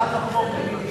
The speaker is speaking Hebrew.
הצעת החוק,